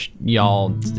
y'all